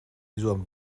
zuam